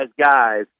guys